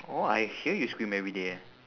oh I hear you scream every day